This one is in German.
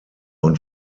und